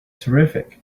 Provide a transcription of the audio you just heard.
terrific